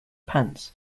pants